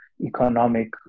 economic